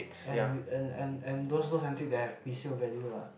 and we and and and those those until they have resale value lah